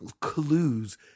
clues